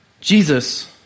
Jesus